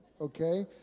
okay